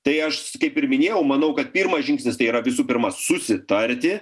tai aš kaip ir minėjau manau kad pirmas žingsnis tai yra visų pirma susitarti